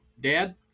Dad